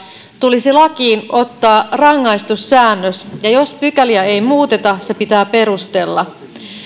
tulisi lakiin ottaa rangaistussäännös ja jos pykäliä ei muuteta se pitää perustella